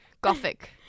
Gothic